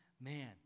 man